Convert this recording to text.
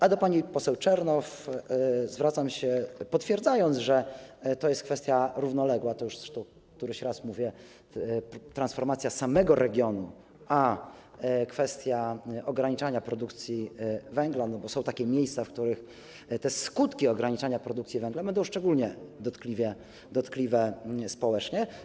A do pani poseł Czernow zwracam się, potwierdzając, że to jest kwestia równoległa - to już zresztą któryś raz mówię - transformacja samego regionu a kwestia ograniczania produkcji węgla, bo są takie miejsca, w których te skutki ograniczania produkcji węgla będą szczególnie dotkliwe społecznie.